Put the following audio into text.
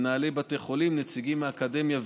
מנהלי בתי חולים ונציגים מהאקדמיה.